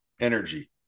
energy